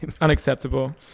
Unacceptable